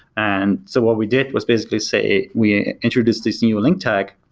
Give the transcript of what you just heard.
and so what we did was basically say we introduced this new link tag,